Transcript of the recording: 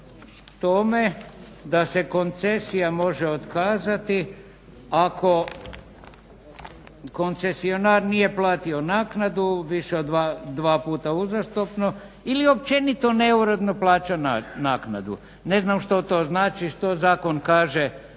tome da se koncesija može otkazati ako koncesionar nije platio naknadu više od dva puta uzastopno ili općenito neuredno plaća naknadu. Ne znam što to znači što zakon kaže